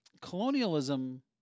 Colonialism